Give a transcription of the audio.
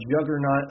juggernaut